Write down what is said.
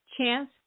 Chance